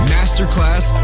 Masterclass